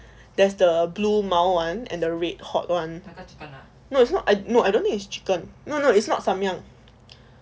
there's the blue mild one and the red hot one no it's not I no I don't think it's chicken no no it's not samyang